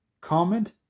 comment